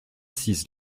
six